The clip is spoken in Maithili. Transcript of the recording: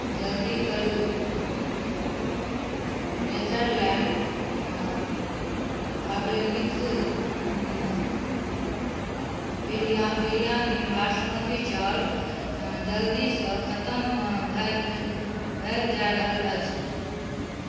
जल्दी करू नेचरलैंड ऑर्गेनिक्स बिरिया बिरयानी बासमती चाउर जल्दीसँ खतम भेल भेल जा रहल अछि